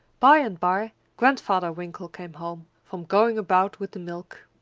by and by grandfather winkle came home from going about with the milk.